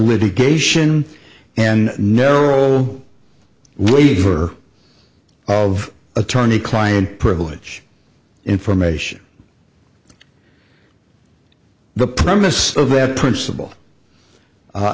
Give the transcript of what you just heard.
litigation and narrow way for of attorney client privilege information the premise of that principle